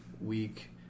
Week